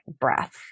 breath